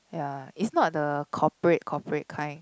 ya it's not the corporate corporate kind